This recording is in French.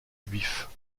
juifs